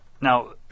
now